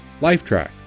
Lifetrack